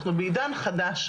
אנחנו בעידן חדש,